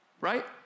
right